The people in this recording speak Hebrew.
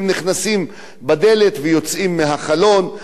הם נכנסים בדלת ויוצאים מהחלון,